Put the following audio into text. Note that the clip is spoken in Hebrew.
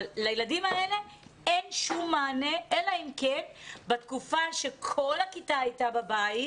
לילדים האלה אין שום מענה אלא אם כן בתקופה שכל הכיתה הייתה בבית,